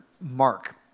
Mark